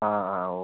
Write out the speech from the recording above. ആ ആ ഓക്കെ